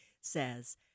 says